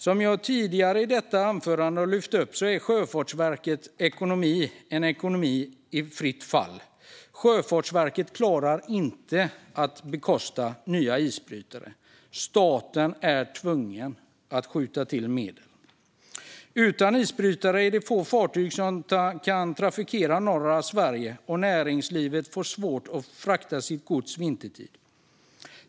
Som jag tidigare i detta anförande har framhållit är Sjöfartsverkets ekonomi en ekonomi i fritt fall. Sjöfartsverket klarar inte av att bekosta nya isbrytare, utan staten är tvungen att skjuta till medel. Utan isbrytare är det få fartyg som kan trafikera norra Sverige, och näringslivet får svårt att frakta sitt gods vintertid.